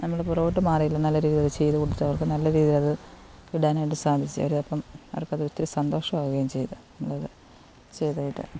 നമ്മൾ പുറകോട്ട് മാറിയില്ല നല്ല രീതിയിലത് ചെയ്തു കൊടുത്തവർക്ക് നല്ല രീതിയിലത് ഇടാനായിട്ട് സാധിച്ചു അവരിതപ്പം അവർക്കതൊത്തിരി സന്തോഷമാകുകയും ചെയ്തു